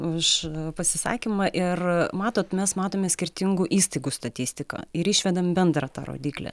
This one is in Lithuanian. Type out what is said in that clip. už pasisakymą ir matot mes matome skirtingų įstaigų statistiką ir išvedam bendrą tą rodiklį